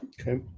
Okay